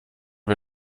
wir